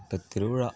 இப்போ திருவிழா